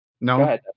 No